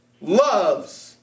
loves